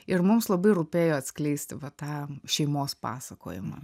ir mums labai rūpėjo atskleisti va tą šeimos pasakojimą